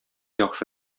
яхшы